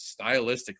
stylistically